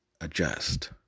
adjust